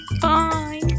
Bye